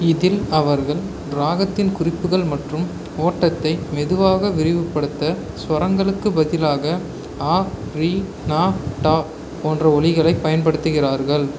இதில் அவர்கள் ராகத்தின் குறிப்புகள் மற்றும் ஓட்டத்தை மெதுவாக விரிவுபடுத்த ஸ்வரங்களுக்கு பதிலாக ஆ ரி நா டா போன்ற ஒலிகளை பயன்படுத்துகிறார்கள்